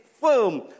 firm